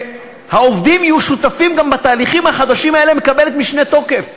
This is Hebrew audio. שהעובדים יהיו שותפים גם בתהליכים החדשים האלה מקבלת משנה תוקף.